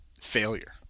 failure